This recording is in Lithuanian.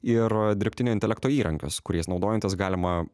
ir dirbtinio intelekto įrankius kuriais naudojantis galima